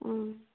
ꯎꯝ